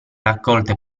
raccolte